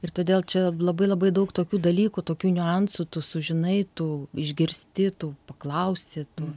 ir todėl čia labai labai daug tokių dalykų tokių niuansų tu sužinai tu išgirsti tu paklausi tu